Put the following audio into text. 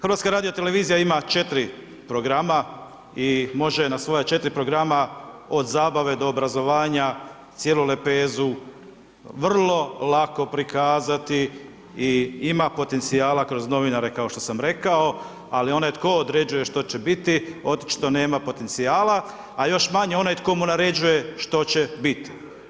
HRT ima 4 programa i može na svoja 4 programa od zabave do obrazovanja cijelu lepezu vrlo lako prikazati i ima potencijale kroz novinare kao što sam rekao, ali onaj tko određuje što će biti očito nema potencijala, a još manje onaj tko mu naređuje što će biti.